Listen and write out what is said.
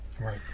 Right